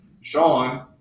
Sean